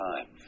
time